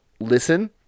listen